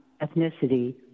ethnicity